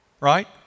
right